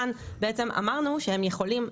כאן בעצם אמרנו שהם יכולים,